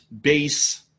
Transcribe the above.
base